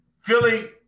Philly